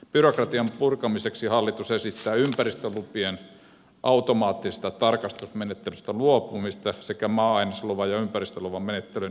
byrokratian purkamiseksi hallitus esittää ympäristölu pien automaattisesta tarkastusmenettelystä luopumista sekä maa ainesluvan ja ympäristöluvan menettelyjen yhdistämistä